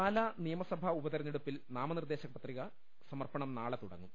പാലാ നിയമസഭാ ഉപതെരഞ്ഞെടുപ്പിൽ നാമനിർദേശ പത്രിക സമർപ്പണം നാളെ തുടങ്ങും